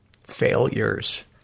failures